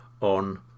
on